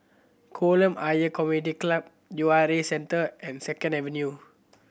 Kolam Ayer Community Club U R A Centre and Second Avenue